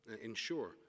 ensure